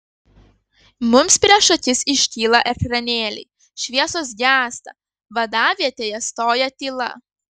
mums prieš akis iškyla ekranėliai šviesos gęsta vadavietėje stoja tyla